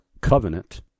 covenant